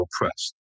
oppressed